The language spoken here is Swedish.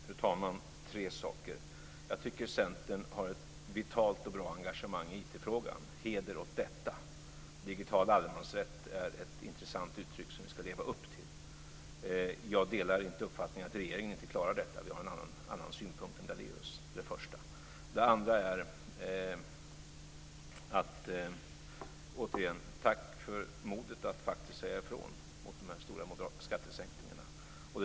Fru talman! Jag vill säga tre saker. Jag tycker att Centern har ett vitalt och bra engagemang i IT-frågan. Heder åt detta! Digital allemansrätt är ett intressant uttryck som vi ska leva upp till. Jag delar inte uppfattningen att regeringen inte klarar detta. Vi har en annan synpunkt än Daléus. Detta var det första. Det andra är att jag återigen vill tacka för modet att faktiskt säga ifrån när det gäller de här stora moderata skattesänkningarna.